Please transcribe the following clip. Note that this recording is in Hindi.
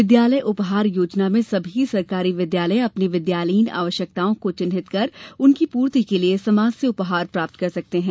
विद्यालय उपहार योजना में सभी सरकारी विद्यालय अपनी विद्यालयीन आवश्यकताओं को चिन्हित कर उनकी पूर्ति के लिये समाज से उपहार प्राप्त कर सकते हैं